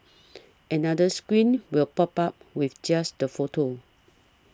another screen will pop up with just the photo